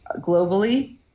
globally